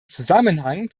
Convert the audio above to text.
zusammenhang